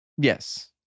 Yes